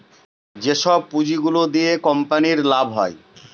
যেসব পুঁজি গুলো দিয়া কোম্পানির লাভ হয়